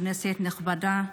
כנסת נכבדה,